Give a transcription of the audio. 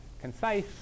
concise